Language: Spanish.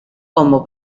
como